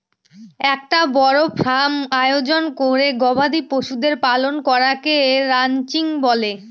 একটা বড় ফার্ম আয়োজন করে গবাদি পশুদের পালন করাকে রানচিং বলে